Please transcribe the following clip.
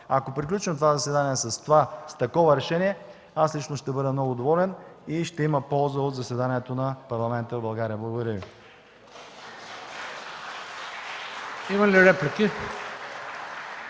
Ако приключим заседанието с такова решение, аз лично ще бъда много доволен и ще има полза от заседанието на Парламента в България. Благодаря Ви.